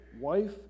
wife